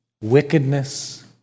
wickedness